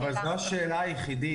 זו השאלה היחידה.